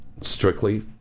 strictly